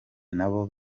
nabo